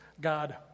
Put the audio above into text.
God